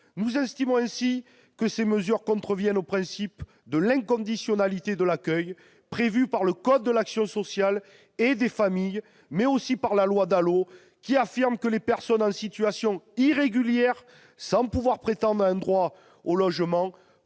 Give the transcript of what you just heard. Nous estimons ainsi que ces mesures contreviennent au principe de l'inconditionnalité de l'accueil prévu par le code de l'action sociale et des familles, mais aussi par la loi DALO, aux termes de laquelle les personnes en situation irrégulière, sans pouvoir prétendre à un droit au logement,